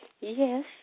yes